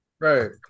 Right